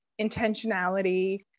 intentionality